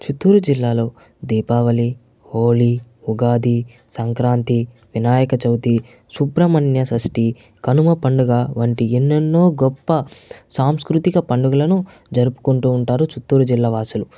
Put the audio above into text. చిత్తూరు జిల్లాలో దీపావళి హోలీ ఉగాది సంక్రాంతి వినాయక చవితి సుబ్రమణ్య షష్టి కనుమ పండుగ వంటి ఎన్నెన్నో గొప్ప సాంస్కృతిక పండుగలను జరుపుకుంటూ ఉంటారు చిత్తూరు జిల్లా వాసులు